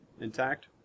intact